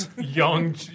Young